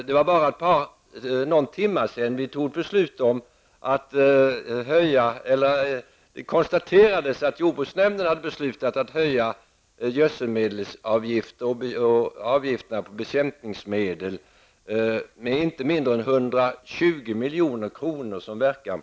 För bara någon timma sedan konstaterades att jordbruksnämnden hade beslutat att höja gödselmedelsavgifter och avgifterna på bekämpningsmedel med inte mindre än 120 milj.kr. på ett år.